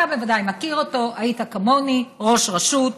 אתה בוודאי מכיר אותו, היית כמוני ראש רשות.